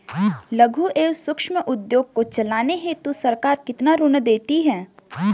लघु एवं सूक्ष्म उद्योग को चलाने हेतु सरकार कितना ऋण देती है?